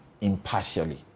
impartially